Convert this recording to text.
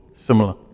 similar